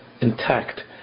intact